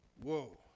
Whoa